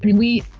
we,